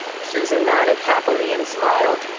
susan nodded happily, and smiled.